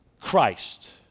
Christ